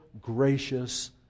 gracious